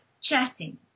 chatting